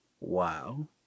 wow